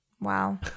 Wow